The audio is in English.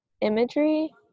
imagery